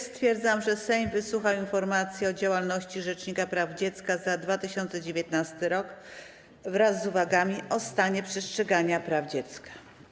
Stwierdzam, że Sejm wysłuchał informacji o działalności rzecznika praw dziecka za 2019 r. wraz z uwagami o stanie przestrzegania praw dziecka.